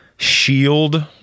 shield